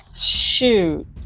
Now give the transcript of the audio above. shoot